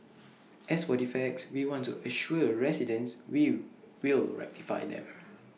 as for defects we want to assure residents we will rectify them